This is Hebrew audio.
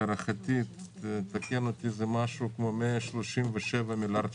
להערכתי, תקן אותי זה משהו כמו 137 מיליארד שקל.